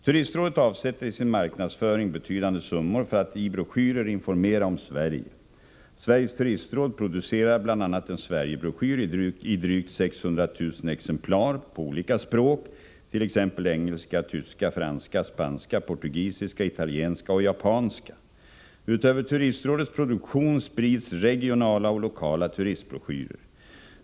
Turistrådet avsätter i sin marknadsföring betydande summor för att i broschyrer informera om Sverige. Sveriges turistråd producerar bl.a. en Sverigebroschyr i drygt 600 000 exemplar på olika språk, t.ex. engelska, tyska, franska, spanska, portugisiska, italienska och japanska. Utöver turistrådets produktion sprids regionala och lokala turistbroschyrer.